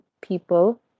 people